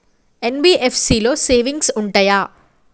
NBFC లో savings ఉంటయా?